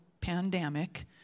pandemic